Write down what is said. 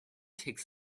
takes